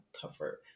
comfort